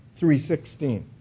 3.16